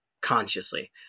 consciously